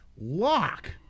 Lock